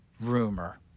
rumor